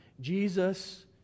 Jesus